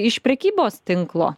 iš prekybos tinklo